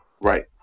Right